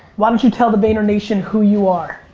why don't you tell the vayner nation who you are.